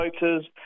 voters